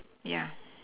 yeah